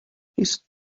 his